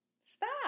Stop